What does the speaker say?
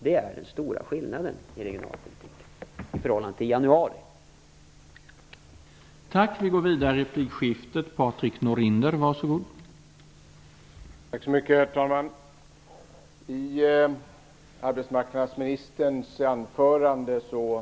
Detta är den stora skillnaden i regionalpolitiken i förhållande till hur den var i januari.